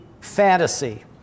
fantasy